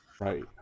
Right